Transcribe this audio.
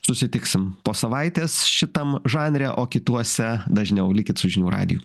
susitiksim po savaitės šitam žanre o kituose dažniau likit su žinių radiju